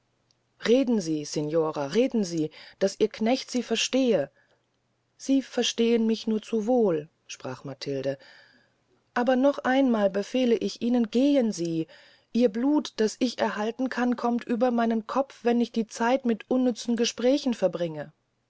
reden sie signora reden sie daß ihr knecht sie verstehe sie verstehn mich nur zu wohl sprach matilde aber noch einmal befehle ich ihnen gehn sie ihr blut das ich erhalten kann kommt über meinen kopf wenn ich die zeit mit unnützen gesprächen verbringe